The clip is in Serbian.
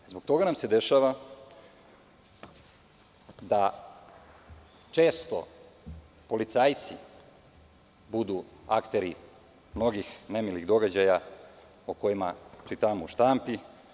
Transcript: Zbog toga nam se dešava da često policajci budu akteri mnogih nemilih događaja o kojima čitamo u štampi.